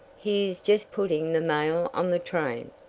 he is just putting the mail on the train.